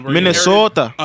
Minnesota